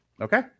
Okay